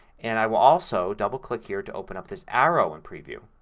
and i will also double click here to open up this arrow in preview.